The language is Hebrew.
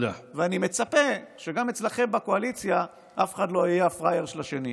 ואני מצפה שגם אצלכם בקואליציה אף אחד לא יהיה הפראייר של השני.